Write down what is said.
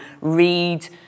read